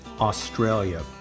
Australia